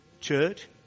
Church